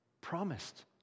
promised